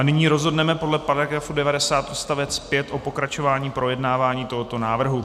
Nyní rozhodneme podle § 90 odst. 5 o pokračování projednávání tohoto návrhu.